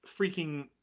freaking